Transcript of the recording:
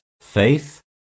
faith